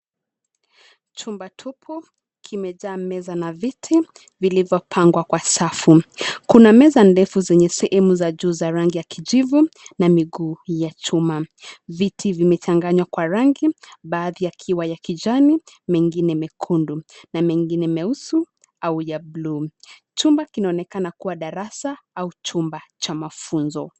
Chumba tupu kimejaa meza na viti vilivyopangwa kwa safu. Kuna meza ndefu zenye sehemu za juu za rangi ya kijivu na miguu ya chuma. Viti vimechanganywa kwa rangi; baadhi yakiwa ya kijani, mengine mekundu na mengine meusi au ya buluu. Chumba kinaonekana kuwa darasa au chumba cha mafunzo.